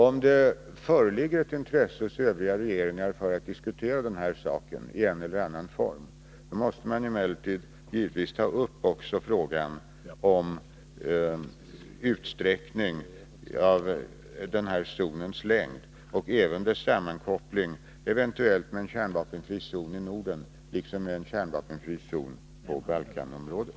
Om det föreligger ett intresse hos övriga regeringar att diskutera den här saken i en eller annan form måste man givetvis också ta upp frågan om utsträckning av den här zonens längd och även dess eventuella sammankoppling med en kärnvapenfri zon i Norden, liksom med en kärnvapenfri zon i Balkanområdet.